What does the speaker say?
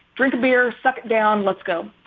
drink beer, suck down. let's go.